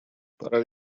пора